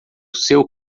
seu